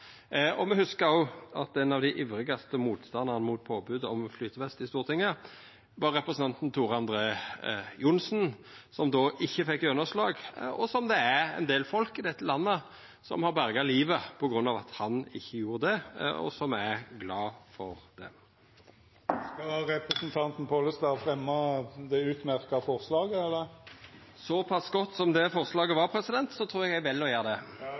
Me hugsar òg at ein av dei ivrigaste motstandarane mot påbodet om flytevest i Stortinget var representanten Tor André Johnsen, som då ikkje fekk gjennomslag. Det er ein del folk i dette landet som har berga livet på grunn av at han ikkje gjorde det, og som er glade for det. Skal representanten Pollestad fremja det utmerkte forslaget, eller? Såpass godt som det forslaget var, president, trur eg eg vel å gjera det.